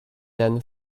then